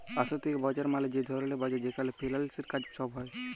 আথ্থিক বাজার মালে যে ধরলের বাজার যেখালে ফিল্যালসের কাজ ছব হ্যয়